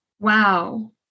Wow